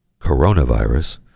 coronavirus